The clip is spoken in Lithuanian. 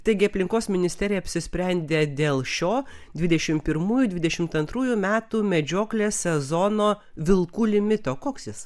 taigi aplinkos ministerija apsisprendė dėl šio dvidešimt pirmųjų dvidešimt antrųjų metų medžioklės sezono vilkų limito koks jis